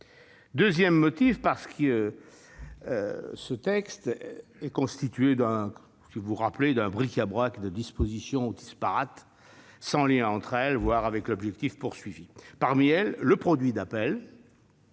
Ensuite, parce que ce texte était constitué d'un bric-à-brac de dispositions disparates, sans lien entre elles, voire avec l'objectif poursuivi. Parmi elles, le produit d'appel,